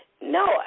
No